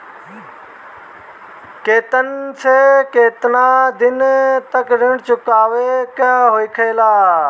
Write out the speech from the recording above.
केतना से केतना दिन तक ऋण चुकावे के होखेला?